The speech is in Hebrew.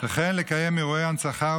וכן לקיים אירועי הנצחה,